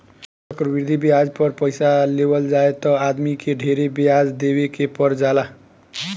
चक्रवृद्धि ब्याज पर पइसा लेवल जाए त आदमी के ढेरे ब्याज देवे के पर जाला